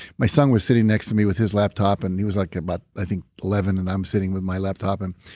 my son was sitting next to me with his laptop. and he was like but i think eleven and i'm sitting with my laptop and,